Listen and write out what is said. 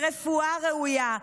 ברפואה ראויה.